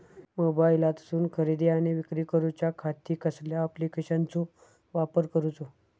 मोबाईलातसून खरेदी आणि विक्री करूच्या खाती कसल्या ॲप्लिकेशनाचो वापर करूचो?